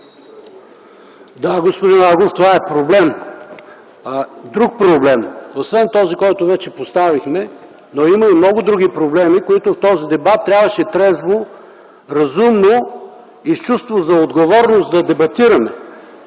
Да, господин Агов, това е проблем. Друг проблем, освен този, който вече поставихме, но има и много други проблеми, които в този дебат трябваше трезво, разумно и с чувство за отговорност да дебатираме.